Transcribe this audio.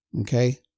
okay